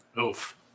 Oof